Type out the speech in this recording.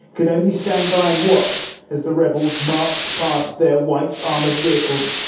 could only stand by and watch as the rebels marched past their white armoured vehicles.